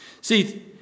See